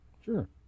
Sure